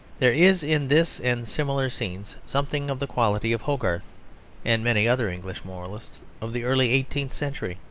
there is in this and similar scenes something of the quality of hogarth and many other english moralists of the early eighteenth century.